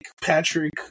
Patrick